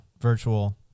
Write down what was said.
virtual